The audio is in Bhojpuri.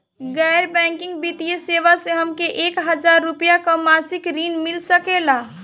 गैर बैंकिंग वित्तीय सेवाएं से हमके एक हज़ार रुपया क मासिक ऋण मिल सकेला?